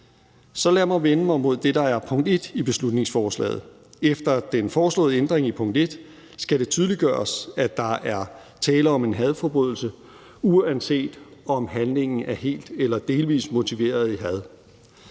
Så lad mig vende mig mod det, der er punkt 1 i beslutningsforslaget. Efter den foreslåede ændring i punkt 1 skal det tydeliggøres, at der er tale om en hadforbrydelse, uanset om handlingen er helt eller delvis motiveret af had.